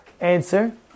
Answer